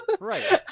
right